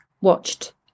watched